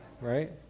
right